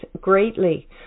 greatly